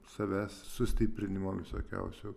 savęs sustiprinimo visokiausių